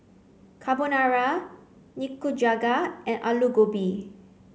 Carbonara Nikujaga and Alu Gobi